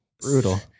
brutal